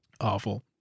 Awful